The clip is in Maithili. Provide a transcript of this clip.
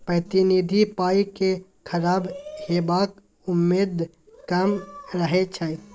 प्रतिनिधि पाइ केँ खराब हेबाक उम्मेद कम रहै छै